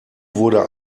wurde